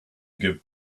give